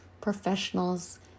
professionals